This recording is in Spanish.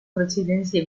residencia